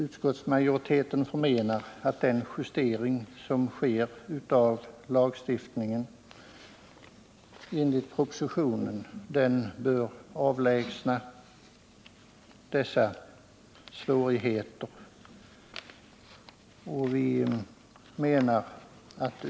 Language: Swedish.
Utskottsmajoriteten menar att justering av lagen enligt propositionen bör kunna avlägsna dessa svårigheter.